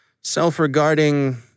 self-regarding